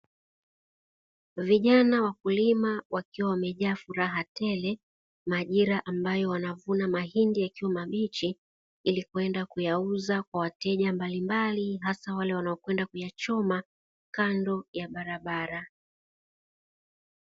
Vijana wakulima wakiwa wamejaa furaha tele majira ambayo wanavuna mahindi yakiwa mabichi, ili kuenda kuyauza kwa wateja mbalimbali hasa wale wanao kwenda kuyachoma kando ya barabara.